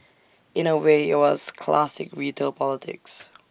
in A way IT was classic retail politics